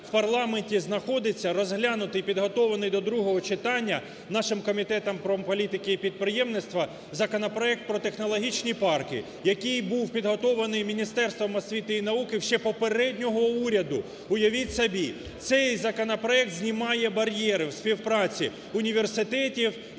в парламенті знаходиться розглянутий, підготовлений до другого читання нашим Комітетом промполітики і підприємництва законопроект про технологічні парки, який і був підготовлений Міністерством освіти і науки ще попереднього уряду, уявіть собі. Цей законопроект знімає бар'єри в співпраці університетів і